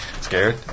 scared